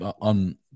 on